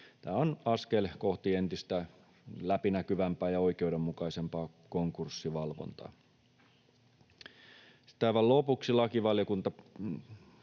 Tämä on askel kohti entistä läpinäkyvämpää ja oikeudenmukaisempaa konkurssivalvontaa. Sitten aivan lopuksi lakivaliokunta